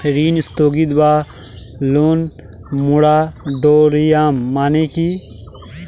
ঋণ স্থগিত বা লোন মোরাটোরিয়াম মানে কি?